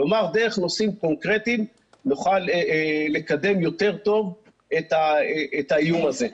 כלומר דרך נושאים קונקרטיים נוכל לקדם יותר טוב את האיום הזה.